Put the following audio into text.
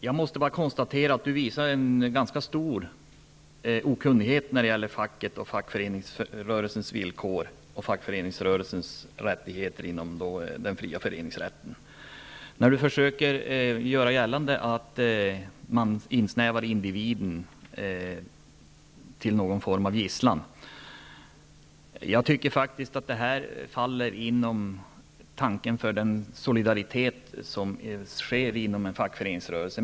Jag måste konstatera att Britta Bjelle visar en ganska stor okunnighet när det gäller facket och fackföreningsrörelsens villkor och rättigheter inom den fria föreningsrätten när hon försöker göra gällande att man insnävar individen till någon form av gisslan. Detta faller inom den solidaritet som finns i en fackföreningsrörelse.